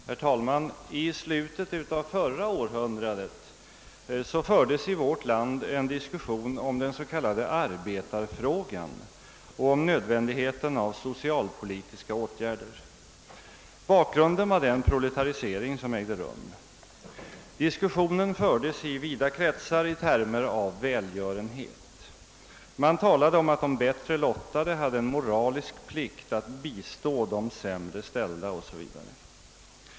Herr talman! I slutet av förra århundradet fördes i vårt land en diskussion om den s.k. arbetarfrågan och om nödvändigheten av socialpolitiska åtgärder. Bakgrunden var den proletarisering som ägde rum. Diskussionen fördes i vida kretsar i termer av välgörenhet — man talade om att de bättre lottade hade en moralisk plikt att bistå de sämre ställda etc.